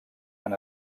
han